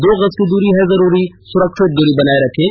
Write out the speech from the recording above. दो गज की दूरी है जरूरी सुरक्षित दूरी बनाए रखें